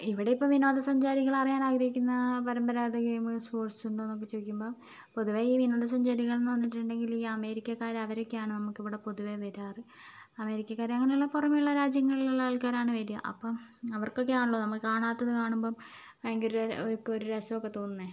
ഇവിടെ ഇപ്പോൾ വിനോദസഞ്ചാരികൾ അറിയാൻ ആഗ്രഹിക്കുന്ന പരമ്പരാഗതമായ ഗെയിം സ്പോർട്സ് ഉണ്ടോന്ന് ഒക്കെ ചോദിക്കുമ്പോൾ പൊതുവെ ഈ വിനോദസഞ്ചാരികളെന്ന് പറഞ്ഞിട്ടുണ്ടെങ്കില് ഈ അമേരിക്കകാര് അവരൊക്കെയാണ് നമുക്കിവിടെ പൊതുവെ വരാറ് അമേരിക്കക്കാര് അങ്ങനെ കുറെ വെള്ള രാജ്യങ്ങളിലുള്ള ആൾക്കാരാണ് വരിക അപ്പം അവർക്കൊക്കെയാണല്ലോ നമ്മള് കാണാത്തത് കാണുമ്പം ഭയങ്കര ഒക്കെ ഒരു രസം ഒക്കെ തോന്നുന്നത്